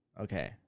Okay